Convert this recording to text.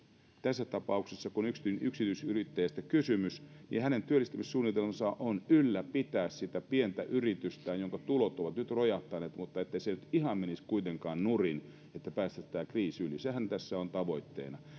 tässä tapauksessa kun on yksityisyrittäjästä kysymys hänen työllistymissuunnitelmansa on ylläpitää sitä pientä yritystään jonka tulot ovat nyt rojahtaneet että se ei nyt ihan menisi kuitenkaan nurin niin että päästäisiin tämän kriisin yli sehän tässä on tavoitteena